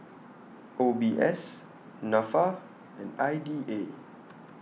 O B S Nafa and I D A